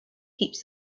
keeps